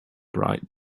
bright